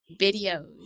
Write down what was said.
videos